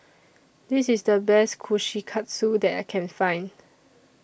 This IS The Best Kushikatsu that I Can Find